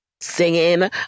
singing